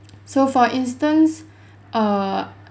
so for instance err